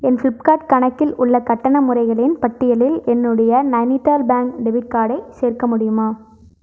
என் Flipkart கணக்கில் உள்ள கட்டண முறைகளின் பட்டியலில் என்னுடைய நனிடால் பேங்க் டெபிட் கார்டை சேர்க்க முடியுமா